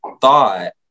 thought